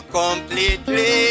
completely